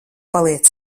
paliec